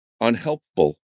unhelpful